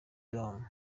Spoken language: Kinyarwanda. dom